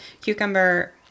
Cucumber